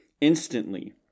Instantly